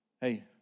hey